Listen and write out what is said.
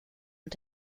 und